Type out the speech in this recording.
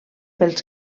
pels